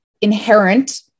inherent